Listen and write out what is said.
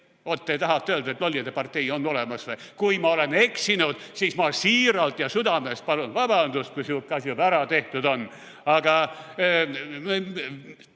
te tahate öelda, et lollide partei on olemas? Kui ma olen eksinud, siis ma siiralt ja südamest palun vabandust, kui sihuke asi juba ära tehtud on. Praegu